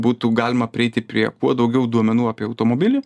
būtų galima prieiti prie kuo daugiau duomenų apie automobilį